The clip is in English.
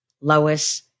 Lois